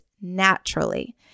naturally